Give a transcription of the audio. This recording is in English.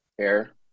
air